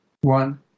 One